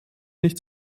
nicht